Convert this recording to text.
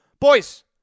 boys